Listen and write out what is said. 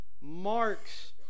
marks